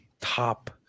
top